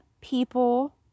people